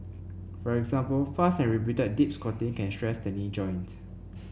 for example fast and repeated deep squatting can stress the knee joint